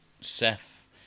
Seth